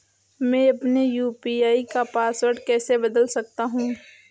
मैं अपने यू.पी.आई का पासवर्ड कैसे बदल सकता हूँ?